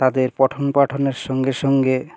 তাদের পঠন পাঠনের সঙ্গে সঙ্গে